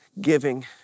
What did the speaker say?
Giving